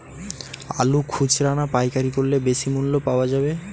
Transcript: আলু খুচরা না পাইকারি করলে বেশি মূল্য পাওয়া যাবে?